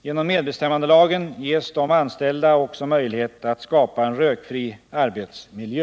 Genom medbestämmandelagen ges de anställda också möjlighet att skapa en rökfri arbetsmiljö.